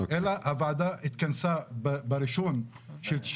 אלא הוועדה התכנסה בינואר 99'